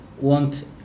want